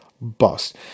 bust